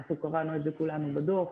קראנו על זה כולנו בדוח.